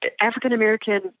African-American